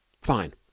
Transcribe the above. Fine